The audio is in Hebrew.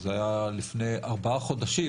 וזה היה לפני ארבעה חודשים,